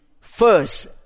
first